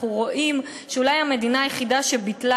אנחנו רואים שאולי המדינה היחידה שביטלה